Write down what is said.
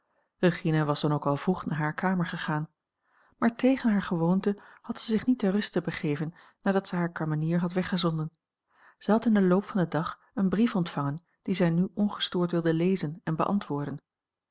regina was dan ook al vroeg naar hare kamer gegaan maar tegen hare gewoonte had zij zich niet ter ruste begeven nadat zij hare kamenier had weggezonden zij had in den loop van den dag een brief ontvangen dien zij nu ongestoord wilde lezen en beantwoorden